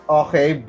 okay